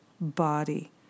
body